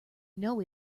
know